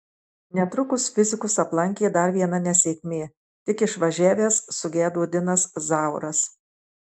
netrukus fizikus aplankė dar viena nesėkmė tik išvažiavęs sugedo dinas zauras